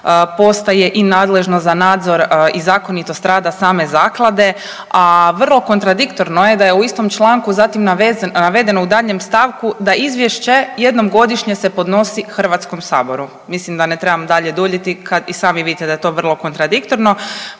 postaje i nadležno za nadzor i zakonitost rada same zaklade, a vrlo kontradiktorno je da u istom članku zatim navedeno u daljnjem stavku da izvješće jednom godišnje se podnosi HS-u. Mislim da ne trebam dalje duljiti kad i sami vidite da je to vrlo kontradiktorno.